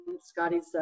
Scotty's